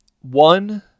One